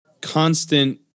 constant